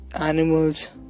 animals